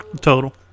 Total